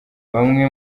bamwe